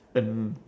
and